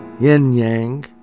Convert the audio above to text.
yin-yang